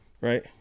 right